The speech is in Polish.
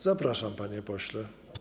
Zapraszam, panie pośle.